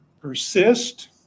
Persist